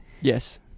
Yes